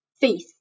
faith